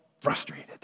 frustrated